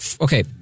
Okay